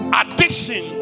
addiction